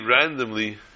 randomly